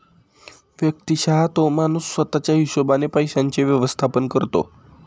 व्यक्तिशः तो माणूस स्वतः च्या हिशोबाने पैशांचे व्यवस्थापन करतो